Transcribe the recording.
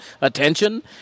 attention